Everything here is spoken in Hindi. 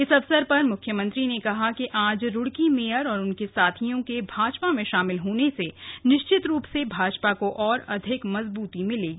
इस अवसर पर मुख्यमंत्री ने कहा कि आज रुड़की मेयर और उनके साथियों के भाजपा में शामिल होने से निश्चित रूप से भाजपा को और अधिक मजबूती मिलेगी